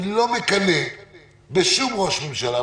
אני לא מקנא בשום ראש ממשלה,